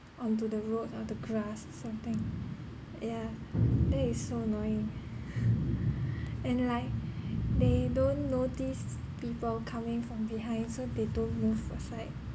onto the roads or the grass or something yeah that is so annoying and like they don't notice people coming from behind so they don't move aside